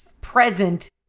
Present